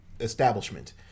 establishment